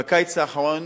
בקיץ האחרון,